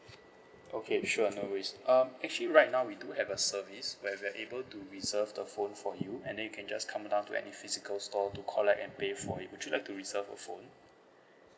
okay sure no worries um actually right now we do have a service where we are able to reserve the phone for you and then you can just come down to any physical store to collect and pay for it would you like to reserve a phone